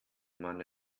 man